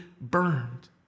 burned